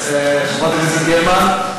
חברת הכנסת גרמן?